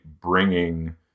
bringing